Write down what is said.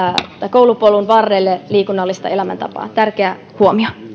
koulupolun varrelle liikunnallista elämäntapaa tärkeä huomio